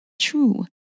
true